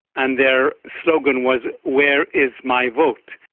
and their slogan was where is my vote?